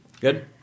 Good